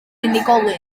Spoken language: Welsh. unigolyn